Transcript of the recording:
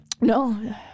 No